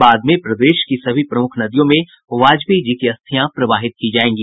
बाद में प्रदेश की सभी प्रमुख नदियों में वाजपेयी जी की अस्थियां प्रवाहित की जायेंगी